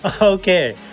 okay